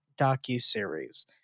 docuseries